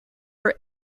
are